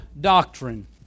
doctrine